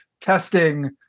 testing